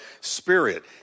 spirit